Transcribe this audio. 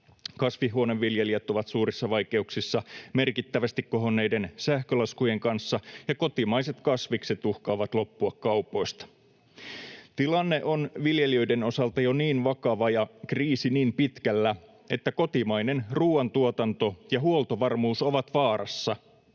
Kasvihuoneviljelijät ovat suurissa vaikeuksissa merkittävästi kohonneiden sähkölaskujen kanssa, ja kotimaiset kasvikset uhkaavat loppua kaupoista. Tilanne on viljelijöiden osalta jo niin vakava ja kriisi niin pitkällä, että kotimainen ruuantuotanto ja huoltovarmuus ovat vaarassa.